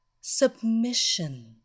Submission